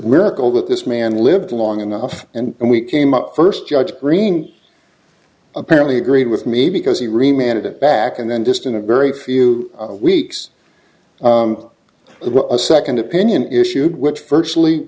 miracle that this man lived long enough and we came up first judge green apparently agreed with me because he reminded it back and then just in a very few weeks it was a second opinion issued which virtually